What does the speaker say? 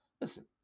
listen